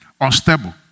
unstable